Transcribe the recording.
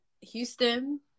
Houston